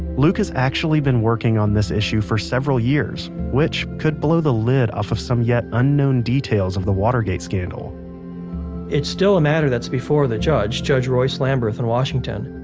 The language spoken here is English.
luke has actually been working on this issue for several years which could blow the lid off of some yet unknown details of the watergate scandal it's still a matter that's before the judge, judge royce lamberth in washington.